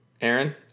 aaron